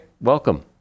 Welcome